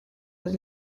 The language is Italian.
del